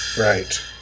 Right